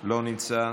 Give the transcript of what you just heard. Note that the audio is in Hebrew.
לא נמצא,